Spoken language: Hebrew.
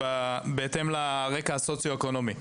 בהתאם לרקע הסוציו אקונומי.